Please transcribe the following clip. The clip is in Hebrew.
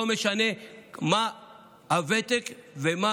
לא משנה מה הוותק ומה